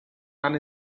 and